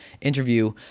interview